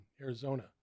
Arizona